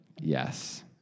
yes